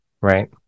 right